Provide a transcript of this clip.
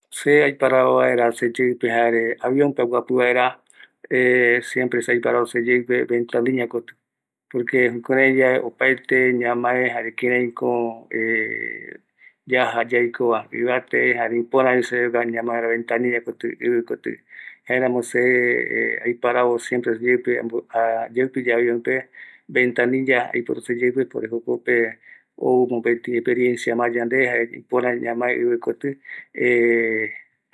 Ma ko se aiparavo va, mbaetɨ ko aiparavo japɨpe kotɨ ai vaera, se jaiñomai ko sekɨreɨ amae ikatu kotɨ, jaema jaiñomai se aiparavo ikatu kotɨ oi va ventana, esa jokope se ma amae opaete mbae mbae reta re; jare sepɨa kañɨ i ño amae aja yave ɨvate rupi apɨka veve pe, jukurai se aguata ye.